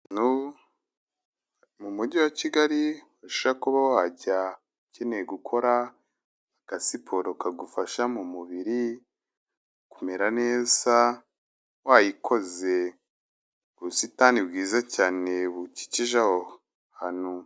Ni umujyi wa Kigali ushobora kuba wajya ukeneye gukora agazisiporo kagufasha mu mubiri kumera neza wayikoze, ubusitani bwiza cyane bukikije aho hantu.